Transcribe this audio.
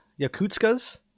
Yakutskas